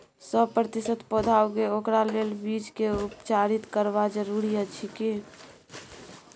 सौ प्रतिसत पौधा उगे ओकरा लेल बीज के उपचारित करबा जरूरी अछि की?